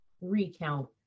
recount